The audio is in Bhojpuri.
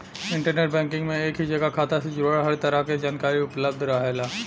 इंटरनेट बैंकिंग में एक ही जगह खाता से जुड़ल हर तरह क जानकारी उपलब्ध रहेला